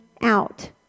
out